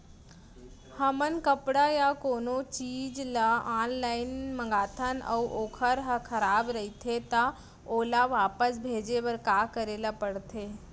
हमन कपड़ा या कोनो चीज ल ऑनलाइन मँगाथन अऊ वोकर ह खराब रहिये ता ओला वापस भेजे बर का करे ल पढ़थे?